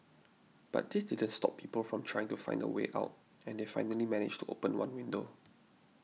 but this didn't stop people from trying to find a way out and they finally managed to open one window